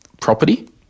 property